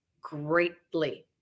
greatly